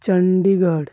Chandigarh